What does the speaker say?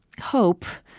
hope,